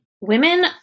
women